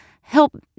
help